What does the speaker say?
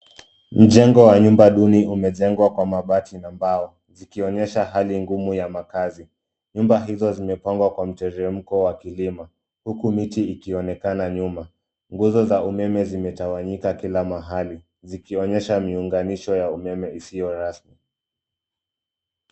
Mjengo wa nyumba duni umejengwa kwa mabati na mbao zikionyesha hali ngumu ya makazi. Nyumba hizo zimepangwa kwa mteremko wa kilima huku miti ikionekana nyuma. Nguzo za umeme zimetawanyika kila mahali zikionyesha miunganisho ya umeme isiyo rasmi.